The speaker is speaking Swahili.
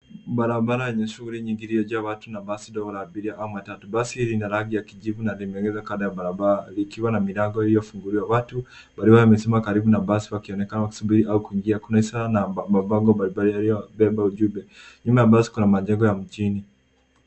Barabara yenye shughuli nyingi iliyojaa watu na basi ndogo la abiria au matatu. Basi hili lina rangi ya kijivu na limeegeshwa kando ya barabara likiwa na milango iliyofunguliwa. Watu mbalimbali wamesimama karibu na basi wakionekana kusubiri au kuingia. Kuna ishara na mabango mbalimbali yaliyobeba ujumbe. Nyuma ya basi kuna majengo ya mjini.